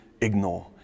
ignore